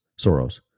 Soros